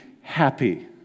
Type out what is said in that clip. happy